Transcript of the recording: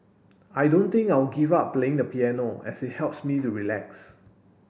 I don't think I will give up playing the piano as it helps me to relax